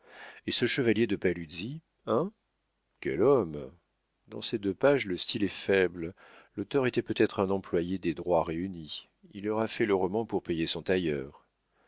et ce chevalier de paluzzi hein quel homme dans ces deux pages le style est faible l'auteur était peut-être un employé des droits réunis il aura fait le roman pour payer son tailleur